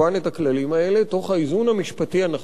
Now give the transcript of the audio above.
את הכללים האלה תוך האיזון המשפטי הנכון